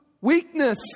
weakness